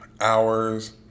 hours